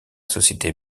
société